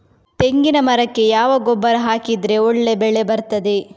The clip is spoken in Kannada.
ತೆಂಗಿನ ಮರಕ್ಕೆ ಯಾವ ಗೊಬ್ಬರ ಹಾಕಿದ್ರೆ ಒಳ್ಳೆ ಬೆಳೆ ಬರ್ತದೆ?